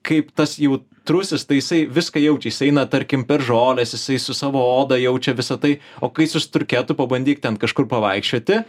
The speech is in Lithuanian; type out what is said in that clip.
kaip tas jautrusis tai jisai viską jaučia jis eina tarkim per žoles jisai su savo oda jaučia visą tai o kai su striuke tu pabandyk ten kažkur pavaikščioti